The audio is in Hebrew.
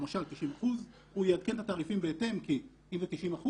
למשל 90%. הוא יעדכן את התעריפים בהתאם כי אם זה 90%,